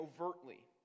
overtly